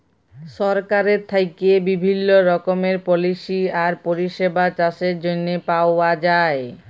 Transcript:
সরকারের থ্যাইকে বিভিল্ল্য রকমের পলিসি আর পরিষেবা চাষের জ্যনহে পাউয়া যায়